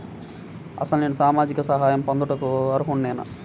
అసలు నేను సామాజిక సహాయం పొందుటకు అర్హుడనేన?